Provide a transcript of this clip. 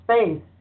space